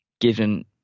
given